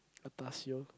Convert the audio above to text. atas [siol]